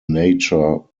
nature